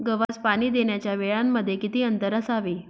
गव्हास पाणी देण्याच्या वेळांमध्ये किती अंतर असावे?